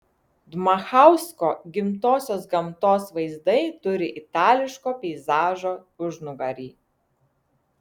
dmachausko gimtosios gamtos vaizdai turi itališko peizažo užnugarį